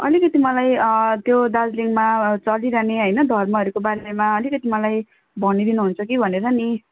अलिकति मलाई त्यो दार्जिलिङमा चलिरहने हैन धर्महरूको बारेमा अलिकति मलाई भनिदिनुहुन्छ कि भनेर नि